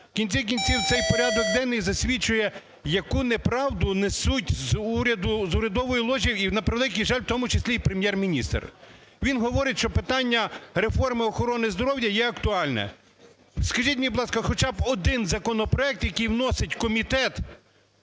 В кінці кінців цей порядок денний засвідчує, яку неправду несуть з урядової ложі і, на превеликий жаль, в тому числі і Прем'єр-міністр. Він говорить, що питання реформи охорони здоров'я є актуальне. Скажіть мені, будь ласка, хоча б один законопроект який вносить комітет